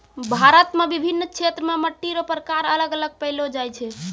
भारत मे विभिन्न क्षेत्र मे मट्टी रो प्रकार अलग अलग पैलो जाय छै